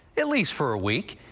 at least for a week.